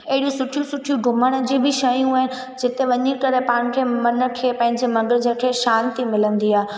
अहिड़ियूं सुठियूं सुठियूं घुमण जी बि शयूं आहिनि जिते वञी करे तव्हांखे मन खे पंहिंजे मगज़ खे शांति मिलंदी आहे